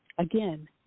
Again